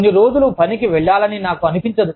కొన్ని రోజులు పనికి వెళ్లాలనినాకు అనిపించదు